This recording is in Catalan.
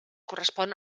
correspon